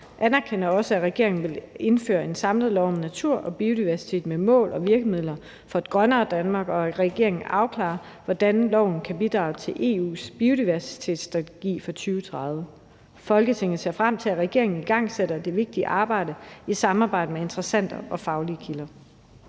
anerkender også, at regeringen vil indføre en samlet lov om natur og biodiversitet med mål og virkemidler for et grønnere Danmark, og at regeringen vil afklare, hvordan loven kan bidrage til EU's biodiversitetsstrategi for 2030. Folketinget ser frem til, at regeringen igangsætter det vigtige arbejde i samarbejde med interessenter og faglige kilder.«